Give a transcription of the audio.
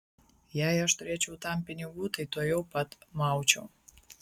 jei aš turėčiau tam pinigų tai tuojau pat maučiau